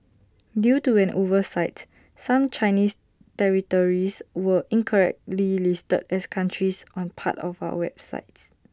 due to an oversight some Chinese territories were incorrectly listed as countries on parts of our website